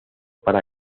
para